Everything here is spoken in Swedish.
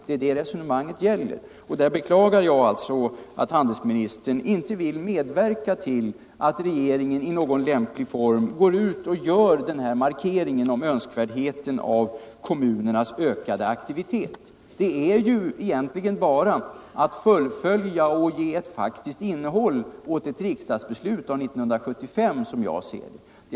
Det är detta resonemanget gäller, och där beklagar jag alltså att handelsministern inte vill medverka till att regeringen i någon lämplig form går ut och 19 gör markeringen om önskvärdheten av kommunernas ökade aktivitet. Egentligen är det ju bara att fullfölja och ge ett faktiskt innehåll åt ett riksdagsbeslut från 1975, som jag ser det.